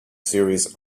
series